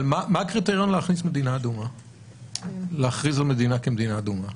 אבל מה הקריטריון להכריז על מדינה כמדינה אדומה?